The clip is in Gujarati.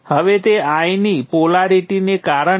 તેથી આપણે નોડ 1 અને 2 માટેનાં સમીકરણને એક સમીકરણમાં ભેગાં કરીએ